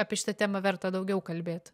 apie šitą temą verta daugiau kalbėt